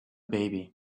baby